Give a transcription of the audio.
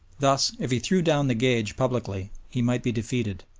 thus, if he threw down the gage publicly he might be defeated.